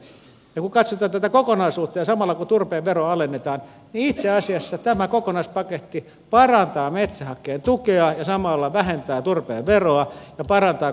kun katsotaan tätä kokonaisuutta ja samalla kun turpeen veroa alennetaan niin itse asiassa tämä kokonaispaketti parantaa metsähakkeen tukea ja samalla vähentää turpeen veroa ja parantaa kotimaisten polttoaineiden kilpailukykyä